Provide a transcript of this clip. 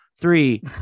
three